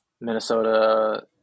Minnesota